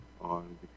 on